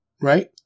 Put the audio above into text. right